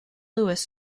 lewis